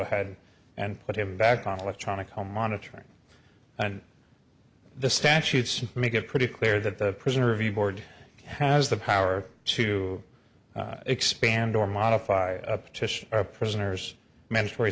ahead and put him back on electronic home monitoring and the statutes make it pretty clear that the prisoner view board has the power to expand or modify up to prisoners mandatory